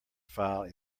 file